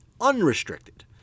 unrestricted